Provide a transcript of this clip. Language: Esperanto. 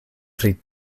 pri